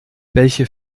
welche